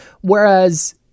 Whereas